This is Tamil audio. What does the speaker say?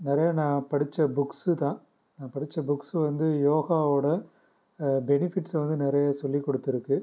நிறையா நான் படித்த புக்ஸ் தான் நான் படித்த புக்ஸ் வந்து யோகாவோடய பெனிபிட்ஸை வந்து நிறைய சொல்லி கொடுத்துருக்கு